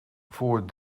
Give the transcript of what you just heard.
voor